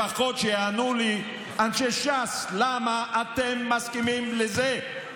לפחות שיענו לי אנשי ש"ס, למה אתם מסכימים לזה?